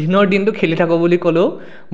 দিনৰ দিনটো খেলি থাকোঁ বুলি ক'লেও